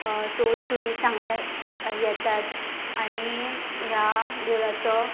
so tourist हांगा येतात आनी ह्या देवळाचो